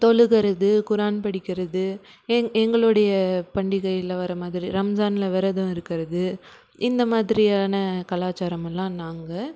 தொழுகுறது குரான் படிக்கிறது எங்களுடைய பண்டிகையில் வர மாதிரி ரம்ஜானில் விரதம் இருக்கிறது இந்த மாதிரியான கலாச்சாரமல்லாம் நாங்கள்